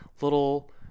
little